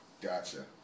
gotcha